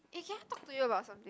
eh can I talk to you about something